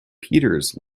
peters